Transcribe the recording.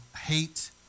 hate